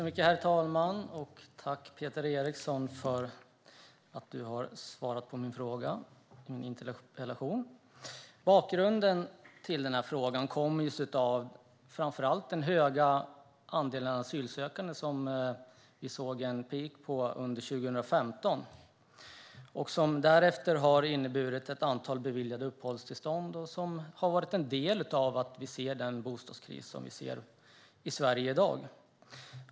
Herr talman! Tack, Peter Eriksson, för svaret på min interpellation! Bakgrunden är framför allt den höga andelen asylsökande - vi såg en peak under 2015 - som har inneburit ett antal beviljade uppehållstillstånd och har varit en del av den bostadskris vi ser i Sverige i dag.